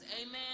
Amen